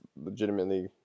legitimately